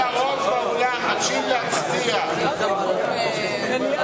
כי אין לה רוב באולם, ובכן, רבותי,